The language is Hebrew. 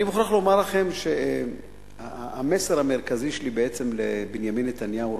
אני מוכרח לומר לכם שהמסר המרכזי שלי לבנימין נתניהו,